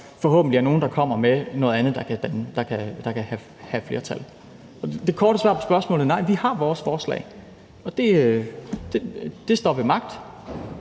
forhåbentlig er nogle, der kommer med noget andet, der kan få flertal. Det korte svar på spørgsmålet er: Vi har et forslag. Det står ved magt.